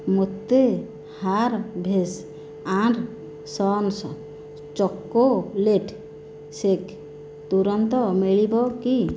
ମୋତେ Harvest and Sons chocolate shake ତୁରନ୍ତ ମିଳିବ କି